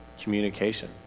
communication